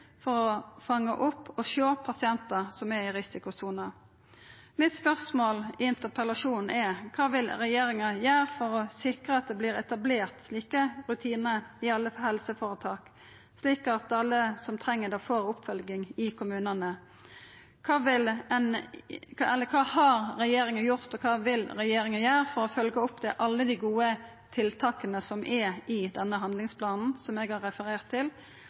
for å fanga opp og sjå pasientar som er i risikosona. Mine spørsmål i interpellasjonen er: Kva vil regjeringa gjera for å sikra at det vert etablert slike rutinar i alle helseføretak, slik at alle som treng det, får oppfølging i kommunane? Kva har regjeringa gjort, og kva vil regjeringa gjera for å følgja opp alle dei gode tiltaka som er i denne handlingsplanen, som eg har referert til?